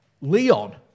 Leon